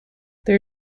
there